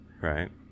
Right